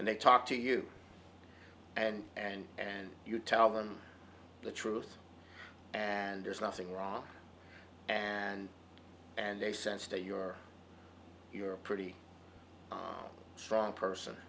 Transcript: and they talk to you and and and you tell them the truth and there's nothing wrong and and they sense that you're you're a pretty strong person